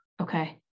okay